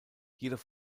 jedoch